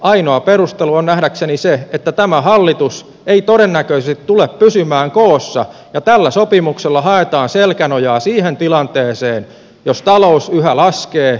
ainoa perustelu on nähdäkseni se että tämä hallitus ei todennäköisesti tule pysymään koossa ja tällä sopimuksella haetaan selkänojaa siihen tilanteeseen jos talous yhä laskee